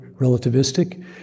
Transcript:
relativistic